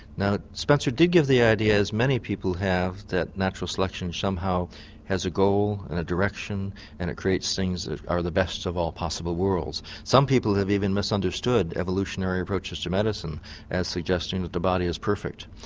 now spencer did give the idea, as many people have, that natural selection somehow has a goal and a direction and it creates things that are the best of all possible worlds. some people have even misunderstood evolutionary approaches to medicine as suggesting that the body is perfect.